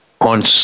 on